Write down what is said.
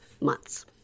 months